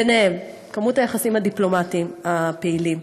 ובהם היקף היחסים הדיפלומטיים הפעילים,